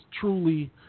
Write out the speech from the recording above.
truly